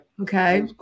Okay